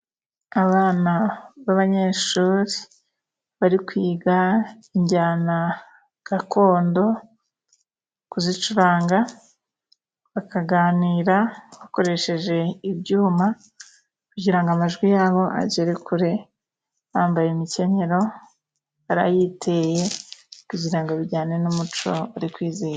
Abana b'abanyeshuri bari kwiga injyana gakondo, kuzicuranga bakaganira bakoresheje ibyuma kugirango amajwi yabo ajyere kure, bambaye imikenyero barayiteye kugira ngo bijyane n'umuco bari kwizerahiza.